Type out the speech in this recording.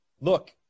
look